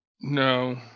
No